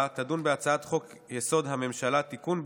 תדון בהצעת חוק-יסוד: הממשלה (תיקון,